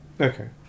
Okay